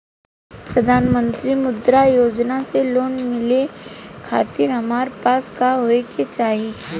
प्रधानमंत्री मुद्रा योजना से लोन मिलोए खातिर हमरा पास का होए के चाही?